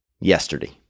yesterday